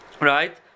Right